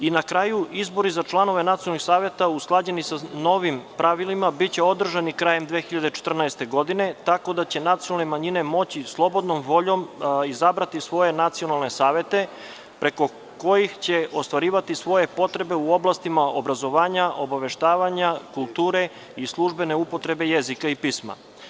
Izbori za članove nacionalnih saveta usklađeni sa novim pravilima biće održani krajem 2014. godine, tako da će nacionalne manjine moći slobodnom voljom da izaberu svoje nacionalne savete, preko kojih će ostvarivati svoje potrebe u oblastima obrazovanja, obaveštavanja, kulture i službene upotrebe jezika i pisma.